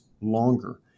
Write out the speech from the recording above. longer